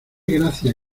gracia